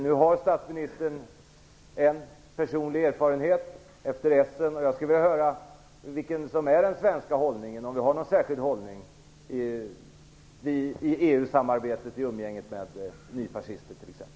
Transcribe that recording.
Nu har statsministern en personlig erfarenhet efter mötet i Essen. Jag skulle vilja höra vilken den svenska hållningen är. Har vi någon särskild hållning i EU-samarbetet vid umgänget med nyfascister t.ex.?